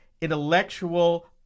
intellectual